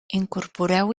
incorporeu